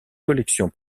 collection